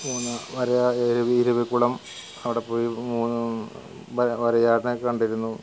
മൂന്നാ വര ഇര ഇരവികുളം അവിടെ പോയി വര വരയാടിനെ ഒക്കെ കണ്ടിരുന്നു